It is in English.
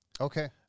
Okay